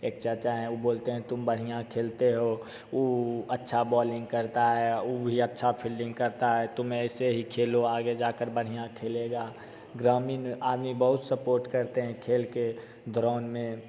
एक चाचा हैं वो बोलतें हैं तुम बढ़िया खेलते हो वो अच्छा बॉलिंग करता है वो भी अच्छा फील्डिंग करता है तुम ऐसे ही खेलो आगे जाकर बढ़िया खेलेगा ग्रामीण आदमी बहुत सपोर्ट करते है खेल के दौरान में